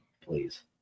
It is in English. Please